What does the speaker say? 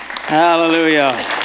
Hallelujah